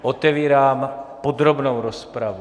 Otevírám podrobnou rozpravu.